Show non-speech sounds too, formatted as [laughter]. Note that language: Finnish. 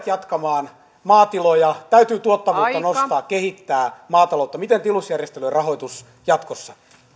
[unintelligible] jatkamaan maatiloja täytyy tuottavuutta nostaa kehittää maataloutta miten tilusjärjestelyjen rahoitus jatkossa